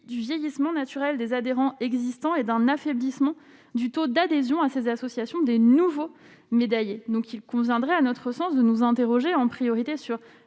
du vieillissement naturel des adhérents existants et d'un affaiblissement du taux d'adhésion à ces associations des nouveaux médias donc il conviendrait, à notre sens, de nous interroger en priorité sur